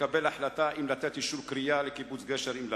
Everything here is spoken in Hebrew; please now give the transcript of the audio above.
לקבל החלטה אם לתת אישור כרייה לקיבוץ גשר או לא.